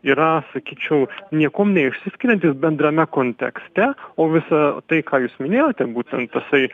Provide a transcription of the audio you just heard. yra sakyčiau niekuom neišsiskirianti bendrame kontekste o visa tai ką jūs minėjote ten būtent tasai